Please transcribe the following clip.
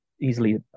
easily